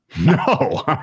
No